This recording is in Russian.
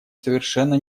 совершенно